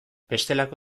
bestelako